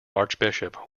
archbishop